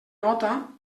nota